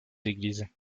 églises